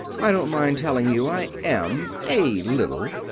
i don't mind telling you i am a little.